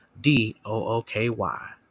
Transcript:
D-O-O-K-Y